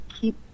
keep